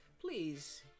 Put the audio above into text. please